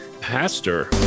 pastor